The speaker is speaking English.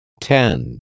Ten